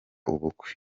ubukwe